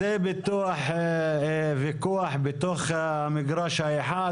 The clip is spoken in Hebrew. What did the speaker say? אז זה ויכוח בתוך המגרש האחד.